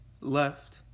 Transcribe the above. left